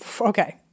okay